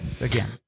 again